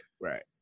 Right